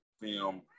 film